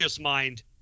mind